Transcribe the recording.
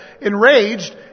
enraged